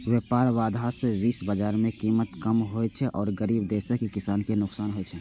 व्यापार बाधा सं विश्व बाजार मे कीमत कम होइ छै आ गरीब देशक किसान कें नुकसान होइ छै